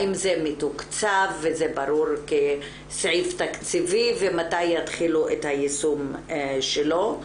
האם זה מתוקצב וזה ברור כסעיף תקציבי ומתי יתחילו את היישום שלו.